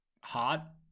hot